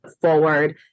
forward